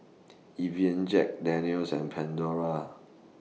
Evian Jack Daniel's and Pandora